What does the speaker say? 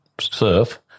surf